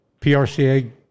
PRCA